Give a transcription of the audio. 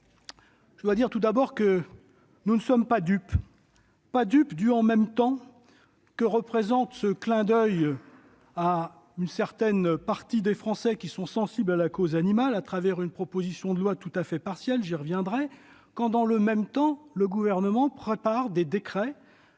Je dois dire tout d'abord que nous ne sommes pas dupes du « en même temps » que représente ce clin d'oeil à une certaine partie des Français, sensible à la cause animale, au travers d'une proposition de loi tout à fait partielle- j'y reviendrai -, quand, dans le même temps, le Gouvernement prépare des décrets